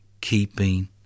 keeping